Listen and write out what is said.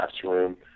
classroom